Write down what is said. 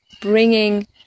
bringing